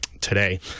today